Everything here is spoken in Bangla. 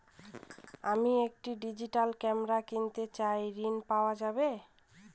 আমি একটি ডিজিটাল ক্যামেরা কিনতে চাই ঝণ পাওয়া যাবে?